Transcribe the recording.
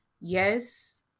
yes